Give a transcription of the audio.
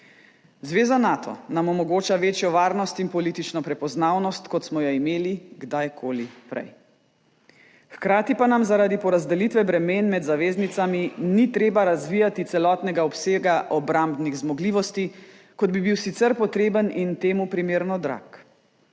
Zveza Nato nam omogoča večjo varnost in politično prepoznavnost, kot smo jo imeli kadarkoli prej. Hkrati pa nam zaradi porazdelitve bremen med zaveznicami ni treba razvijati celotnega obsega obrambnih zmogljivosti, kot bi bil sicer potreben in temu primerno drag.